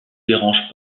dérange